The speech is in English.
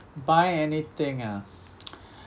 buy anything ah